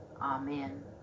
Amen